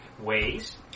ways